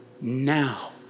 now